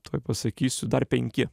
tuoj pasakysiu dar penki